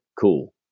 cool